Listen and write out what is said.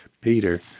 Peter